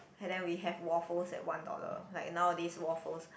and then we have waffles at one dollar like nowadays waffles